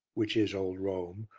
which is old rome,